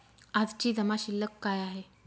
आजची जमा शिल्लक काय आहे?